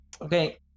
okay